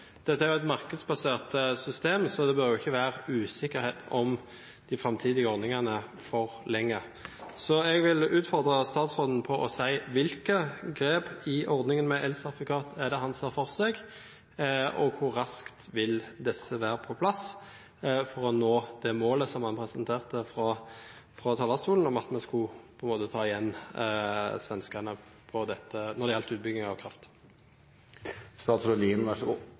Dette er et markedsbasert system, så det bør ikke være usikkerhet om de framtidige ordningene for lenge. Jeg vil utfordre statsråden på å si hvilke grep i ordningen med elsertifikater han ser for seg, og hvor raskt disse vil være på plass for å nå det målet som han presenterte fra talerstolen, om at vi skulle ta igjen svenskene når det gjaldt utbygging av